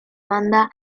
banda